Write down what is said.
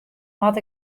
moat